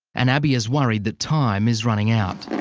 and abii is worried that time is running out.